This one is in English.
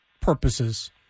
purposes